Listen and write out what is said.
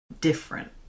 different